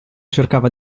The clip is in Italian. cercava